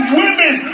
women